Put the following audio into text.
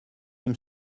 aime